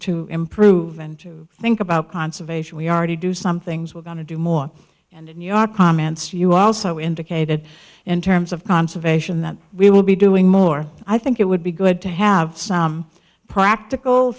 to improve and to think about conservation we already do some things we're going to do more and in your comments you also indicated in terms of conservation that we will be doing more i think it would be good to have some practical